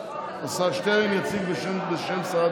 עכשיו אני עובר לסעיף הבא בסדר-היום, האחרון.